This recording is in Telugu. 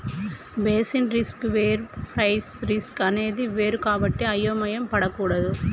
బేసిస్ రిస్క్ వేరు ప్రైస్ రిస్క్ అనేది వేరు కాబట్టి అయోమయం పడకూడదు